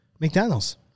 McDonald's